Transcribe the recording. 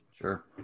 Sure